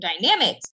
dynamics